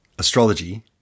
Astrology